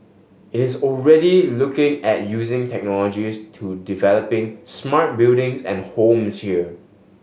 is already looking at using technologies to developing smart buildings and homes here